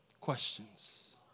questions